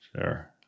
sure